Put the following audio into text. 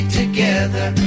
together